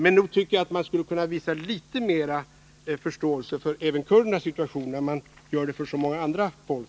Men nog tycker jag att man i Sveriges riksdag skulle kunna visa litet mer förståelse även för kurdernas situation, när man gör det för så många andra folk.